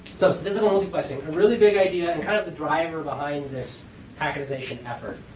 so statistical multiplexing a really big idea and kind of the driver behind this packtization effort,